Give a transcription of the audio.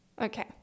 okay